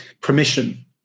permission